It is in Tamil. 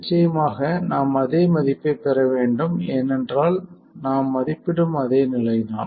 நிச்சயமாக நாம் அதே மதிப்பைப் பெற வேண்டும் ஏனென்றால் நாம் மதிப்பிடும் அதே நிலைதான்